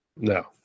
No